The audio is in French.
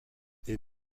est